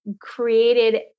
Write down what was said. created